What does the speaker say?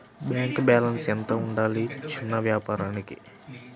Bank balance ఎంత ఉండాలి చిన్న వ్యాపారానికి?